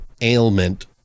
ailment